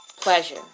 Pleasure